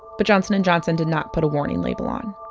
but johnson and johnson did not put a warning label on.